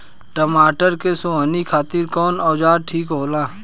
टमाटर के सोहनी खातिर कौन औजार ठीक होला?